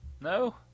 No